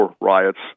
riots